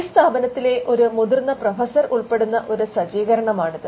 ഈ സ്ഥാപനത്തിലെ ഒരു മുതിർന്ന പ്രൊഫസർ ഉൾപ്പെടുന്ന ഒരു സജ്ജീകരണമാണിത്